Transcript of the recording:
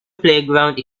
playground